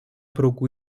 progu